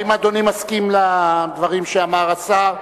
האם אדוני מסכים לדברים שאמר השר?